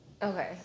Okay